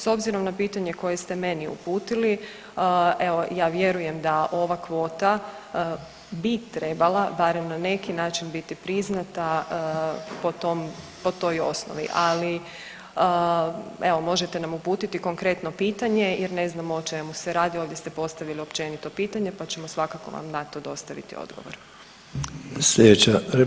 S obzirom na pitanje koje ste meni uputili evo ja vjerujem da ova kvota bi trebala barem na neki način biti priznata po tom, po toj osnovi, ali evo možete nam uputiti konkretno pitanje jer ne znamo o čemu se radi, ovdje ste postavili općenito pitanje, pa ćemo svakako vam na to dostaviti odgovor.